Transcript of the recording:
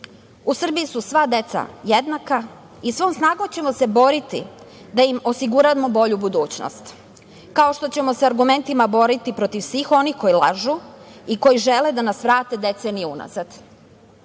U Srbiji su sva deca jednaka i svom snagom ćemo se boriti da im osiguramo bolju budućnost, kao što ćemo se argumentima boriti protiv svih onih koji lažu i koji žele da nas vrate deceniju unazad.